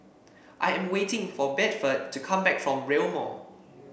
I am waiting for Bedford to come back from Rail Mall